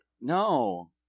No